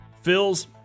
Phil's